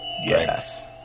Yes